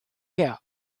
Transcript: here